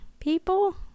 People